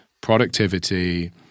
productivity